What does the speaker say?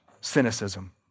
cynicism